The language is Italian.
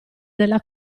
nella